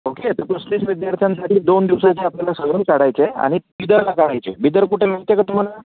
okay तर पस्तीस विद्यार्थ्यांसाठी दोन दिवसाचे आपल्याला सहल काढायची आहे आणि बिदरला काढायची आहे बिदर कुठे आहे माहिती आहे का तुम्हाला